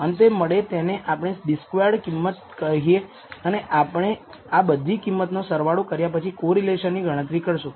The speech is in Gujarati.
અંતે મળે તેને આપણે ડિ સ્ક્વેરડ કિંમત કહીએ અને આપણે આ બધી કિંમતનો સરવાળો કર્યા પછી કોરિલેશન ની ગણતરી કરશો